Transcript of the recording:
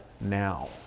now